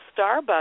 Starbucks